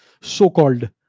so-called